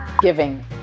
Giving